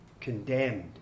condemned